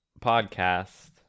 podcast